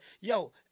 Yo